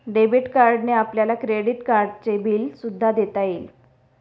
debit कार्डने आपल्याला credit कार्डचे बिल सुद्धा देता येईल